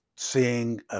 Seeing